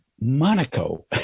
Monaco